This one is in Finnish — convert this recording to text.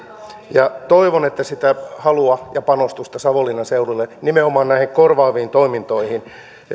ja toivon että sitä halua ja panostusta savonlinnan seudulle nimenomaan näihin korvaaviin toimintoihin